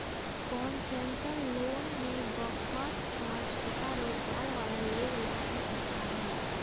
concessional loan में बहुत सा छोटा रोजगार वाला लोग ला ई अच्छा हई